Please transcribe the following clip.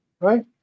right